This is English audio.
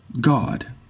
God